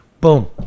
boom